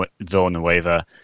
Villanueva